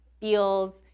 feels